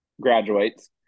graduates